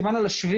סימן על השביל,